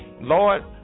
lord